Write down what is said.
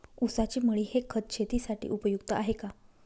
ऊसाची मळी हे खत शेतीसाठी उपयुक्त आहे का?